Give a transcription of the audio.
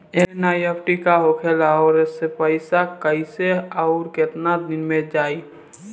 NEFT का होखेला और ओसे पैसा कैसे आउर केतना दिन मे जायी?